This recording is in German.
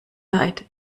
leid